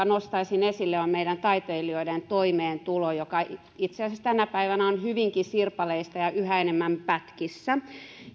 nostaisin esille on meidän taiteilijoidemme toimeentulo joka itse asiassa tänä päivänä on hyvinkin sirpaleista ja yhä enemmän pätkissä